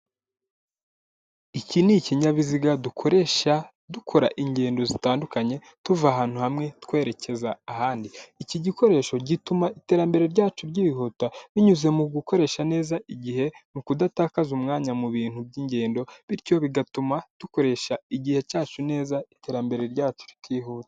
Iki ni ikinyabiziga dukoresha dukora ingendo zitandukanye tuva ahantu hamwe twerekeza ahandi, iki gikoresho gituma iterambere ryacu ryihuta binyuze mu gukoresha neza igihe mu kudatakaza umwanya mu bintu by'ingendo bityo bigatuma dukoresha igihe cyacu neza iterambere ryacu rikihuta.